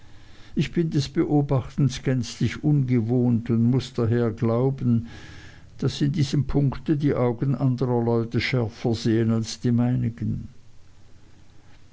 ich bin des beobachtens gänzlich ungewohnt und muß daher glauben daß in diesem punkte die augen anderer leute schärfer sahen als die meinigen